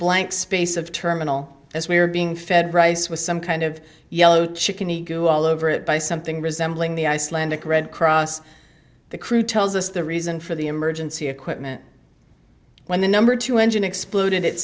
blank space of terminal as we are being fed rice with some kind of yellow chicken we go all over it by something resembling the icelandic red cross the crew tells us the reason for the emergency equipment when the number two engine exploded it